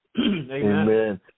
Amen